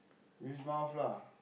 this mouth lah